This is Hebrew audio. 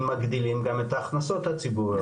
אם מגדילים גם את ההכנסות הציבוריות,